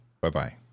Bye-bye